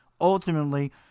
ultimately